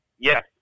yes